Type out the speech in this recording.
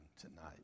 tonight